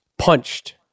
punched